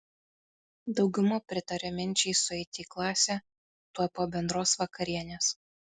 dauguma pritaria minčiai sueiti į klasę tuoj po bendros vakarienės